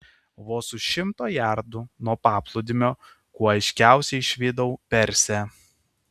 vos už šimto jardo nuo paplūdimio kuo aiškiausiai išvydau persę